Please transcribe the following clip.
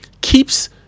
keeps